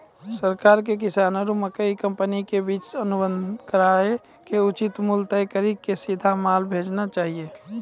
सरकार के किसान आरु मकई कंपनी के बीच अनुबंध कराय के उचित मूल्य तय कड़ी के सीधा माल भेजना चाहिए?